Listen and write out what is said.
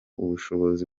ubushobozi